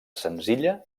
senzilla